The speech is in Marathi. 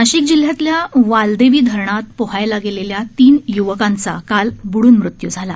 नाशिक जिल्ह्यातल्या वालदेवी धरणात पोहायला गेलेल्या तीन य्वकांचा काल बुडून मृत्यू झाला